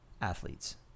athletes